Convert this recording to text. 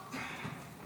תודה